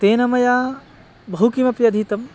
तेन मया बहुकिमपि अधीतम्